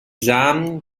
samen